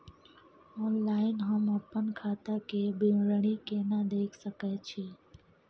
Online हम अपन खाता के विवरणी केना देख सकै छी?